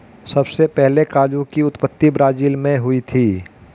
सबसे पहले काजू की उत्पत्ति ब्राज़ील मैं हुई थी